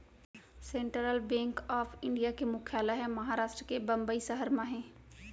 central bank of India के मुख्यालय ह महारास्ट के बंबई सहर म हे